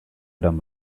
eran